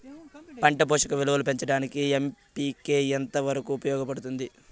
పంట పోషక విలువలు పెంచడానికి ఎన్.పి.కె ఎంత వరకు ఉపయోగపడుతుంది